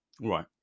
Right